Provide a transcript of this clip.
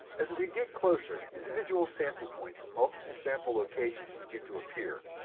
as we get closer, individual sample points and multiple sample locations begin to appear.